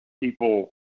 people